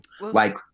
Like-